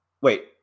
Wait